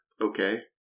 okay